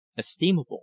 esteemable